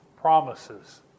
promises